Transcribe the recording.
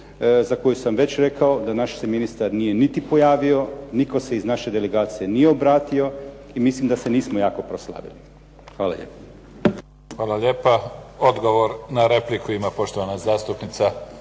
za koju sam već rekao da naš se ministar nije niti pojavio. Nitko se iz naše delegacije nije obratio i mislim da se nismo jako proslavili. Hvala lijepa. **Mimica, Neven (SDP)** Hvala lijepa. Odgovor na repliku ima poštovana zastupnika